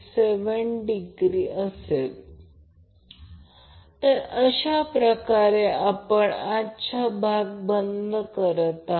ते VL√ 3 angle 30° Vp√ 3 angle 30° आहे